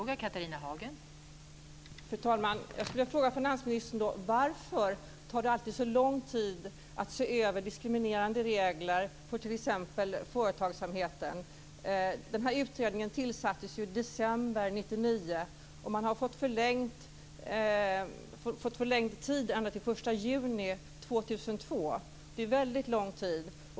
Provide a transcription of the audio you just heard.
Fru talman! Jag skulle då vilja fråga finansministern: Varför tar det alltid så lång tid att se över diskriminerande regler för t.ex. företagsamheten? Den här utredningen tillsattes ju i december 1999, och man har fått förlängd tid ända till den 1 juni 2002. Det är väldigt lång tid.